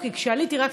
אבל בכל זאת היא תעלה.